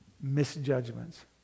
misjudgments